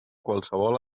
qualsevol